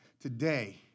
today